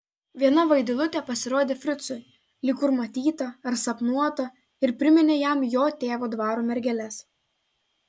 viena vaidilutė pasirodė fricui lyg kur matyta ar sapnuota ir priminė jam jo tėvo dvaro mergeles